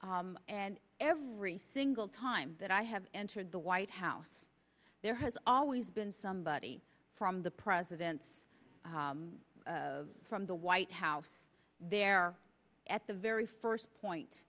and every single time that i have entered the white house there has always been somebody from the presidents from the white house there at the very first point